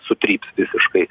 sutryps visiškai